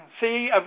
see